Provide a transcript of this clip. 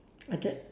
I get